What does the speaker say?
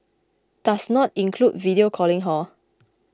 does not include video calling hor